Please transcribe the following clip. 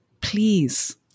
please